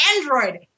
Android